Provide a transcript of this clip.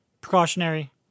precautionary